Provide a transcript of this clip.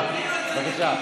בבקשה.